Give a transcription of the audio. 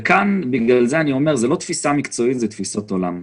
זה לא תפיסה מקצועית, זה תפיסות עולם.